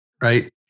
Right